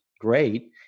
great